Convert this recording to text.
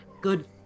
good